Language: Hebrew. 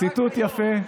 ציטוט יפה.